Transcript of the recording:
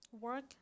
Work